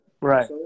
Right